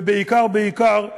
ובעיקר בעיקר,